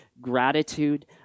gratitude